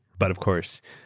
but of course,